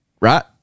right